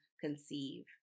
conceive